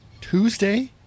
Tuesday